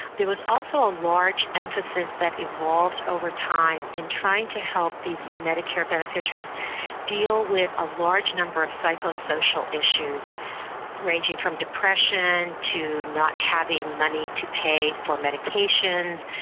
there was also a large emphasis that evolved over time in trying to help these medicare beneficiaries deal with a large number of psycho-social issues ranging from depression to not having money to pay for medication,